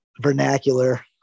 vernacular